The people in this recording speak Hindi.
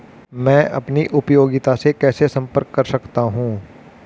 मैं अपनी उपयोगिता से कैसे संपर्क कर सकता हूँ?